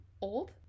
old